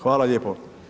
Hvala lijepo.